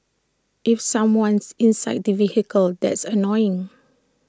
if someone's inside the vehicle that's annoying